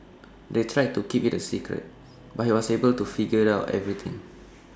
they tried to keep IT A secret but he was able to figure out everything